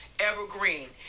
evergreen